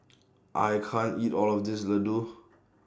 I can't eat All of This Laddu